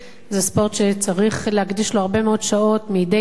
זה ספורט שצריך להקדיש לו הרבה מאוד שעות מדי יום,